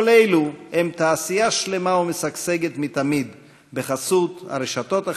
כל אלו הם תעשייה שלמה ומשגשגת מתמיד בחסות הרשתות החברתיות,